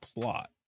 plot